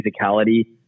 physicality